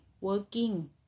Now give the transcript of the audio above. working